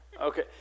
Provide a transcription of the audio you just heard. okay